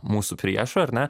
mūsų priešų ar ne